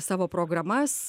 savo programas